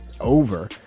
over